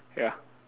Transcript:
ya